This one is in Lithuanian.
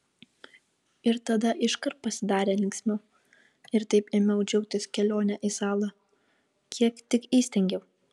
ir tada iškart pasidarė linksmiau ir taip ėmiau džiaugtis kelione į salą kiek tik įstengiau